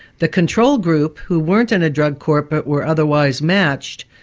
the control group who weren't in a drug court but were otherwise matched,